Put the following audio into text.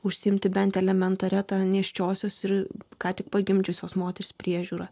užsiimti bent elementaria tą nėščiosios ir ką tik pagimdžiusios moters priežiūra